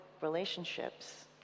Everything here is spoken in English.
relationships